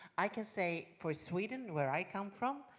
i can say for sweden, where i come from,